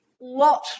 lot